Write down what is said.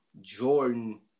jordan